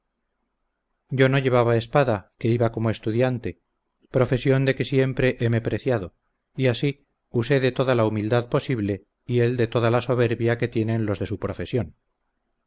yo no llevaba espada que iba como estudiante profesión de que siempre héme preciado y así usé de toda la humildad posible y él de toda la soberbia que tienen los de su profesión